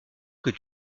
que